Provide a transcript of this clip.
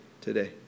today